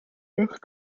bach